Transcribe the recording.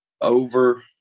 over